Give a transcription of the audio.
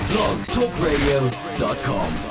BlogTalkRadio.com